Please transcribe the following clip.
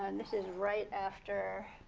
and this is right after.